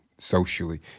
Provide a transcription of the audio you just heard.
socially